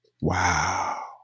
wow